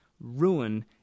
ruin